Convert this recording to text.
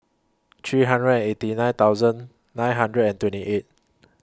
three hundred and eighty nine thousand nine hundred and twenty eight